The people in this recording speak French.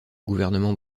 gouvernement